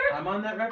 i'm on that